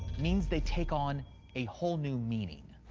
means they take on a whole new meaning.